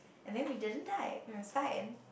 and then we didn't die we were slide in